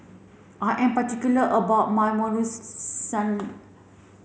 I am particular about my